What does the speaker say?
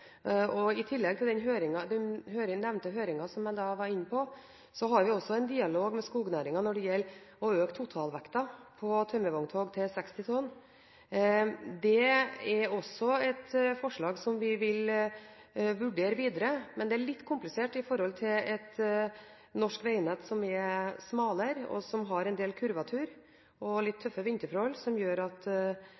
I tillegg til høringen som jeg var inne på, har vi også en dialog med skognæringen når det gjelder å øke totalvekten på tømmervogntog til 60 tonn. Det er også et forslag vi vil vurdere videre, men det er litt komplisert med tanke på at det norske veinettet er smalere, har en del kurvatur og litt